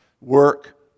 Work